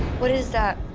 what is that?